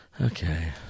Okay